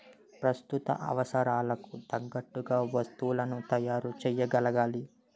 ప్రస్తుత అవసరాలకు తగ్గట్టుగా వస్తువులను తయారు చేయగలగాలి